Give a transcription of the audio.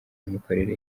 n’imikorere